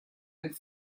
and